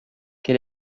quel